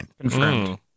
Confirmed